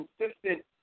consistent